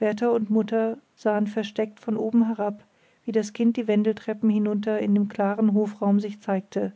wärtel und mutter sahen versteckt von oben herab wie das kind die wendeltreppen hinunter in dem klaren hofraum sich zeigte